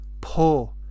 poor